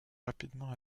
rapidement